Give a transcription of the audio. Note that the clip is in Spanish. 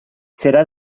será